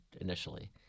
initially